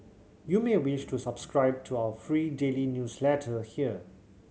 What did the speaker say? you may wish to subscribe to our free daily newsletter here